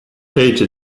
page